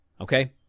Okay